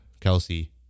Kelsey